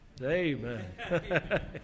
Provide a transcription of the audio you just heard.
amen